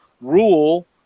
rule